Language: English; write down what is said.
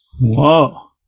Whoa